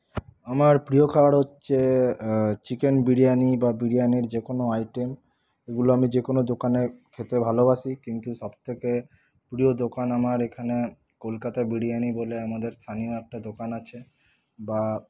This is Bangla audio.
আমার প্রিয় খাবার হচ্ছে চিকেন বিরিয়ানি বা বিরিয়ানির যে কোনো আইটেম এগুলো আমি যে কোনো দোকানের খেতে ভালোবাসি কিন্তু সবথেকে প্রিয় দোকান আমার এখানে কলকাতা বিরিয়ানি বলে আমাদের স্থানীয় একটা দোকান আছে বা